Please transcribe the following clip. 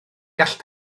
gall